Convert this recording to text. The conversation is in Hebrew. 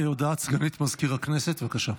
הודעת סגנית מזכיר הכנסת, בבקשה.